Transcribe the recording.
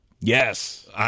Yes